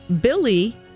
Billy